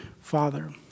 father